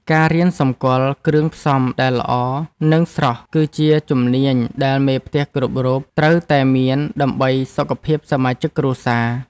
ការរៀនសម្គាល់គ្រឿងផ្សំដែលល្អ និងស្រស់គឺជាជំនាញដែលមេផ្ទះគ្រប់រូបត្រូវតែមានដើម្បីសុខភាពសមាជិកគ្រួសារ។